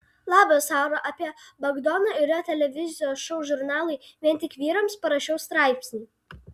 labas aura apie bagdoną ir jo televizijos šou žurnalui vien tik vyrams parašiau straipsnį